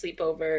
sleepover